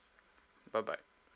bye bye